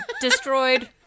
destroyed